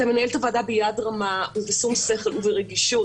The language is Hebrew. אתה מנהל את הוועדה ביד רמה ובשום שכל וברגישות,